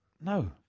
No